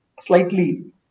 slightly